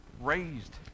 raised